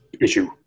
issue